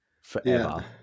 forever